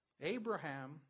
Abraham